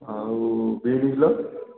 ଆଉ ଭେଣ୍ଡି କିଲୋ